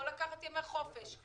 או לקחת ימי חופש,